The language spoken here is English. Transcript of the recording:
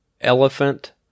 elephant